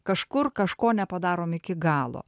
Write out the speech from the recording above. kažkur kažko nepadarom iki galo